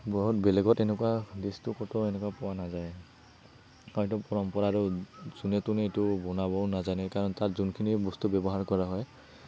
বহুত বেলেগত তেনেকুৱা ডিছটো কতো এনেকুৱা পোৱা নাযায় আৰু এইটো পৰম্পৰা যোনে তোনে এইটো বনাবও নাজানে কাৰণ তাত যোনখিনি বস্তু ব্যৱহাৰ কৰা হয়